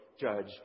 judge